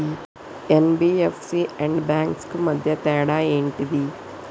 NBFC and banks కు మధ్య తేడా ఏంటిది?